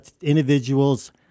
individual's